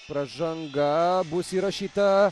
pražanga bus įrašyta